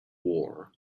war